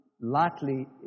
lightly